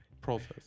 process